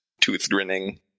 tooth-grinning